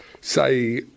say